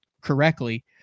correctly